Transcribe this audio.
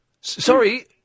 Sorry